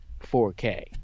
4K